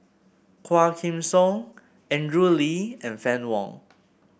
Quah Kim Song Andrew Lee and Fann Wong